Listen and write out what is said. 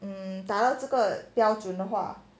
达到这个标准的话